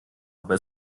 aber